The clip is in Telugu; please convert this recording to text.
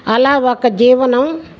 అలా ఒక జీవనం